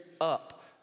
up